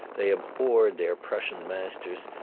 they abhorred their prussian masters,